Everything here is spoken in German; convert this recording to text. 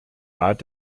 art